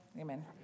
Amen